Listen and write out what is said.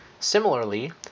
Similarly